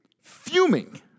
fuming